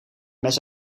mes